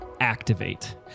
Activate